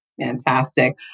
Fantastic